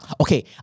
Okay